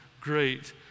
great